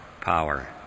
Power